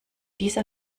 dieser